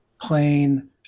plain